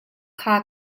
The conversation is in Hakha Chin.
kha